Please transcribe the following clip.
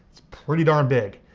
it's pretty darn big,